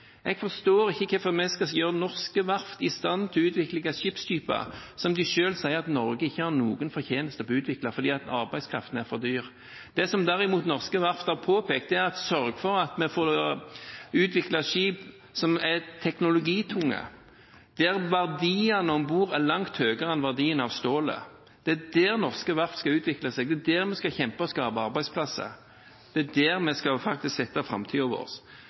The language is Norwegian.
Jeg forstår ikke hvorfor vi skal gjøre norske verft i stand til å utvikle ulike skipstyper som de selv sier at Norge ikke har noen fortjeneste på å utvikle fordi arbeidskraften er for dyr. Det som derimot norske verft har påpekt, er at en må sørge for at en får utviklet skip som er teknologitunge, der verdiene om bord er langt høyere enn verdien av stålet. Det er der norske verft skal utvikle seg, det er der vi skal kjempe om å skape arbeidsplasser. Det er der vi faktisk skal sikre framtiden vår.